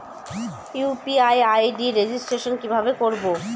UPI ID registration কিভাবে করব?